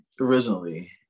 originally